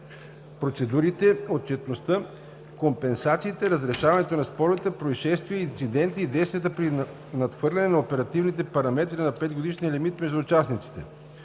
процедурите, отчетността, компенсациите, разрешаването на спорове, произшествия и инциденти и действията при надхвърляне на оперативните параметри на петгодишния лимит между участниците.